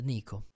Nico